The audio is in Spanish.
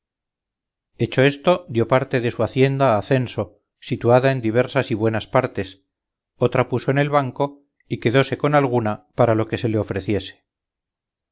hecho esto dio parte de su hacienda a censo situada en diversas y buenas partes otra puso en el banco y quedóse con alguna para lo que se le ofreciese